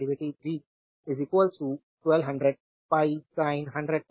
derivative v 1200 pi sin 100 πt लें